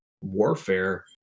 warfare